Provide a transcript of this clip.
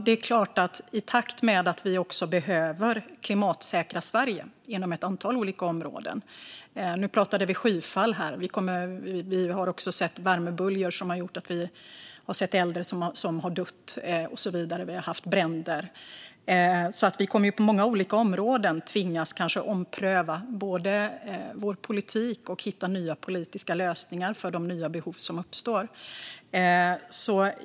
Det är klart att vi i takt med detta behöver klimatsäkra Sverige inom ett antal olika områden. Nu pratade vi om skyfall. Vi har också sett värmeböljor som har lett till att äldre har dött och så vidare. Vi har även haft bränder. Vi kommer alltså att på många olika områden både tvingas ompröva vår politik och hitta nya politiska lösningar för de nya behov som uppstår.